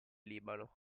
libano